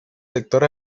sector